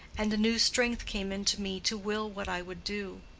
and a new strength came into me to will what i would do.